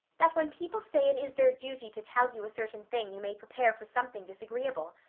that when people say it is their duty to tell you a certain thing you may prepare for something disagreeable?